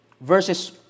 verses